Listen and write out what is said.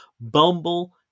Bumble